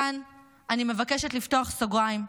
כאן אני מבקשת לפתוח סוגריים,